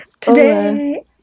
today